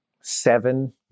seven